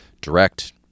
Direct